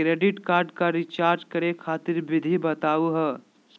Credit card क recharge करै खातिर विधि बताहु हो?